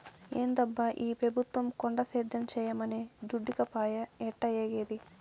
ఏందబ్బా ఈ పెబుత్వం కొండ సేద్యం చేయమనె దుడ్డీకపాయె ఎట్టాఏగేది